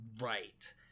right